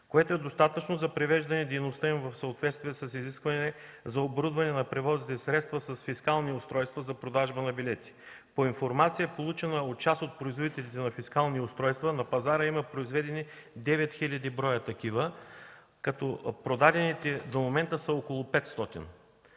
който е достатъчен за привеждане на дейността им в съответствие с изискването за оборудване на превозните средства с фискални устройства за продажба на билети. По информация, получена от част от производителите на фискални устройства, на пазара има произведени 9 хиляди броя такива, като продадените до момента са около 500.